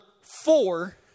four